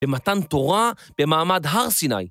במתן תורה במעמד הר סיני.